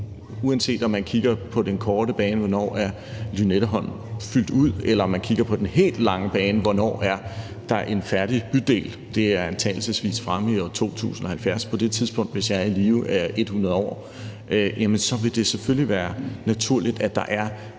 Uanset om man kigger på den korte bane, altså hvornår Lynetteholm er fyldt ud, eller om man kigger på den helt lange bane, altså hvornår der er en færdig bydel – det er antagelig fremme i år 2070, og på det tidspunkt, hvis jeg er i live, er jeg 100 år – vil det selvfølgelig være naturligt, at der er